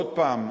עוד פעם,